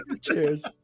cheers